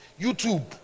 YouTube